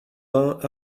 vingt